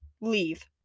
leave